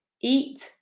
eat